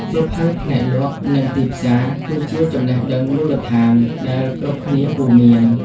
សៀវភៅផ្នែកលក់ និងទីផ្សារ គឺជាចំណេះដឹងមូលដ្ឋានដែលគ្រប់គ្នាគួរមាន។